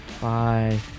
Bye